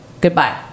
goodbye